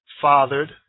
fathered